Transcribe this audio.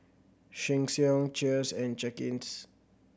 Sheng Siong Cheers and Cakenis